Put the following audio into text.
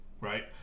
right